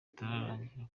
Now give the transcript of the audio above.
itaratangira